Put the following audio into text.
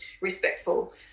respectful